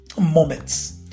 moments